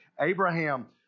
Abraham